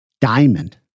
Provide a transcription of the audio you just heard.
Diamond